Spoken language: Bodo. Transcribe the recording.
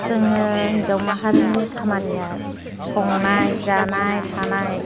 जोङो हिन्जाव माहारिनि खामानिया संनाय जानाय थानाय